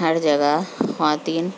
ہر جگہ خواتین